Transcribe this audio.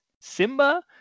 Simba